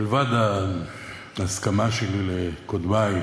מלבד ההסכמה שלי עם קודמי,